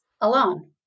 alone